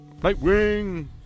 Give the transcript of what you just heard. Nightwing